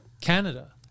Canada